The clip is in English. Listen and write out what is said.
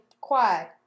quiet